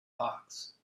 hawks